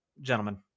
gentlemen